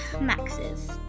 Max's